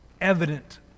evident